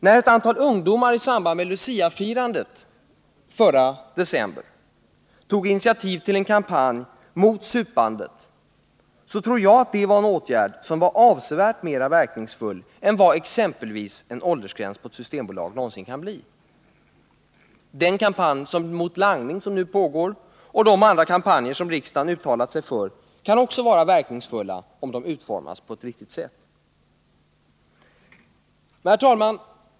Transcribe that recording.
När ett antal ungdomar i samband med Luciafirandet i december förra året tog initiativ till en kampanj mot supandet, var det en åtgärd som var avsevärt mera verkningsfull än vad exempelvis en åldersgräns på ett systembolag någonsin kan bli. Den kampanj mot langning som nu pågår och de andra kampanjer som riksdagen har uttalat sig för kan också vara verkningsfulla, om de utformas på rätt sätt. Herr talman!